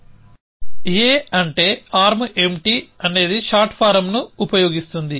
a అంటే arm empty అనేది short ఫారమ్ని ఉపయోగిస్తుంది